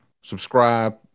Subscribe